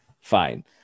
Fine